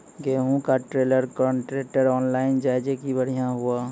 गेहूँ का trailer contractor online जाए जैकी बढ़िया हुआ